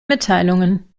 mitteilungen